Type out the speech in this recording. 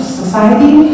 society